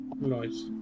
Nice